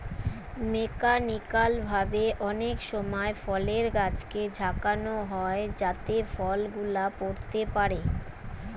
mechanical ভাবে অনেক সময় ফলের গাছকে ঝাঁকানো হয় যাতে ফল গুলা পড়তে পারে